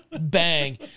Bang